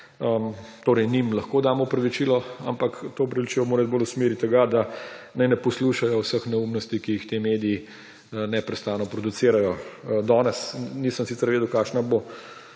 Torej, njim lahko dam opravičilo, ampak to opravičilo mora iti bolj v smeri tega, da naj ne poslušajo vseh neumnosti, ki jih ti mediji neprestano producirajo. Danes nisem sicer vedel, kakšen bo